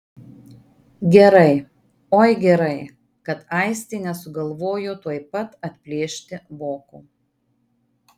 gerai oi gerai kad aistė nesugalvojo tuoj pat atplėšti voko